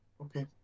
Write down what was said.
Okay